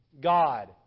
God